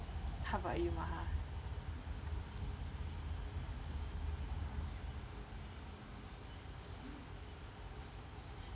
how about you maha